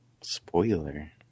Spoiler